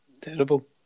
terrible